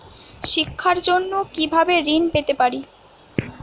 শিক্ষার জন্য কি ভাবে ঋণ পেতে পারি?